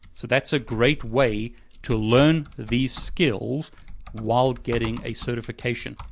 so that's a great way to learn these skills while getting a certification.